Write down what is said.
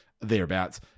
thereabouts